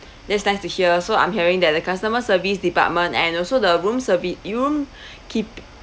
that's nice to hear so I'm hearing that the customer service department and also the room servic~ room keep